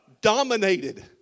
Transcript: dominated